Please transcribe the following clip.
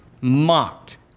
mocked